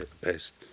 best